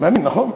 מאמין, נכון?